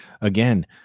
again